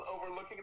overlooking